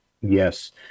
Yes